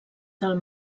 del